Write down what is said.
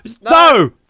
No